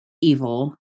evil